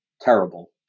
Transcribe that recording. terrible